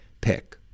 pick